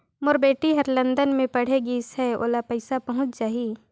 मोर बेटी हर लंदन मे पढ़े गिस हय, ओला पइसा पहुंच जाहि?